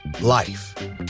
Life